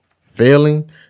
Failing